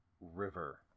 river